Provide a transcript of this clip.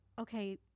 okay